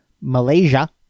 Malaysia